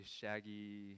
shaggy